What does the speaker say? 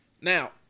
Now